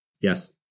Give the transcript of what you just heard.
Yes